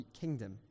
kingdom